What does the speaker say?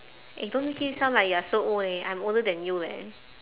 eh don't make it sound like you are so old leh I'm older than you leh